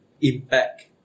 impact